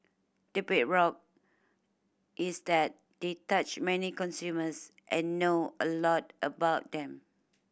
the bedrock is that they touch many consumers and know a lot about them